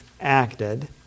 acted